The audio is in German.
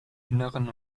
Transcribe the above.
inneren